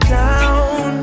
down